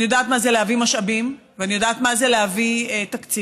אני יודעת מה זה להביא משאבים ואני יודעת מה זה להביא תקציב.